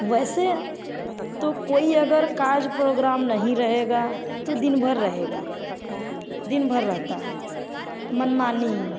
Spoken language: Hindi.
वैसे तो कोई अगर काज प्रोग्राम नहीं रहेगा तो दिन भर रहेगा दिन भर रहता है मनमानी